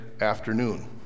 afternoon